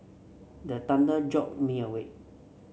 the thunder jolt me awake